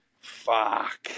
Fuck